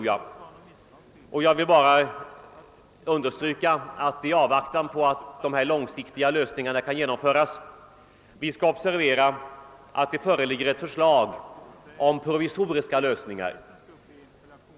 Jag vill bara understryka att vi i avvaktan på att dessa långsiktiga lösningar kan genomföras skall observera att det föreligger ett förslag till provisoriska lösningar.